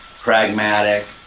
pragmatic